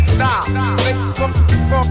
Stop